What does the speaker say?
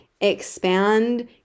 expand